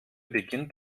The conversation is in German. beginnt